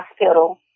hospital